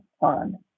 on